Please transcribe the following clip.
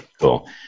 Cool